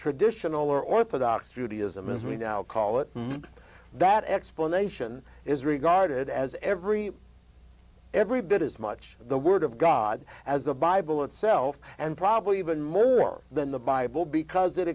traditional or orthodox judaism as we now call it that explanation is regarded as every every bit as much the word of god as the bible itself and probably even more than the bible because